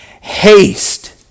haste